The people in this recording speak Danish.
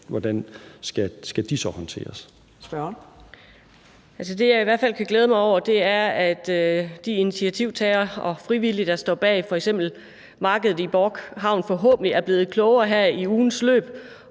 Matthiesen (V): Altså det, jeg i hvert fald kan glæde mig over, er, at de initiativtagere og frivillige, der står bag f.eks. markedet i Bork Havn, forhåbentlig er blevet klogere her i ugens løb,